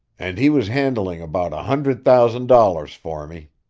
and he was handling about a hundred thousand dollars for me.